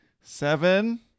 seven